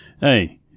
hey